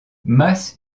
masse